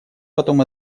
потом